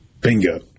Bingo